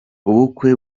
ubukwe